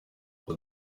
gusa